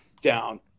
down